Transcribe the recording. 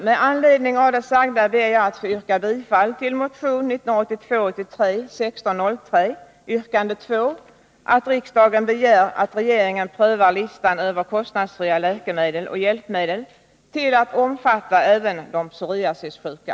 Med anledning av det sagda ber jag att få yrka bifall till motion 1982/83:1603 yrkande 2, som innebär att riksdagen skall begära att regeringen prövar förutsättningarna för att utöka listan över kostnadsfria läkemedel och hjälpmedel till att omfatta även de psoriasissjuka.